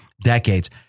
decades